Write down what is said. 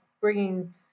bringing